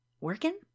working